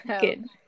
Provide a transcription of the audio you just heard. Good